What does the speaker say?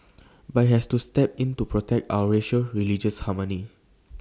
but IT has to step in to protect our racial religious harmony